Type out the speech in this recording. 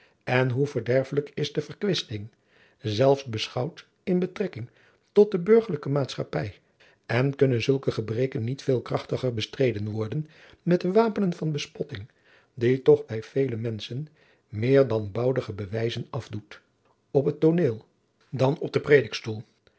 en hoe verderfelijk is de verkwisting zelfs beschouwd in betrekking tot de burgerlijke maatschappij en kunnen zulke gebreken niet veel krachtiger bestreden worden met de wapenen van bespotting die toch bij vele menschen meer dan boudige bewijzen afdoet op het tooneel dan op den